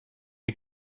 and